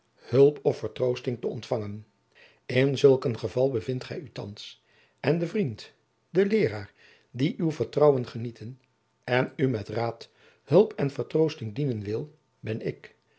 hulp of vertroosting te ontfangen in zulk een geval bevindt gij u thands en de vriend de leeraar die uw vertrouwen genieten en u met raad hulp en vertroosting dienen wil ben ik